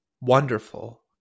Wonderful